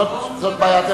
זו בעיה.